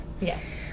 Yes